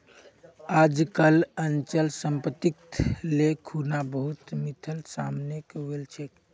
आजकल अचल सम्पत्तिक ले खुना बहुत मिथक सामने वल छेक